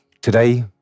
today